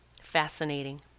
Fascinating